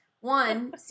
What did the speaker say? One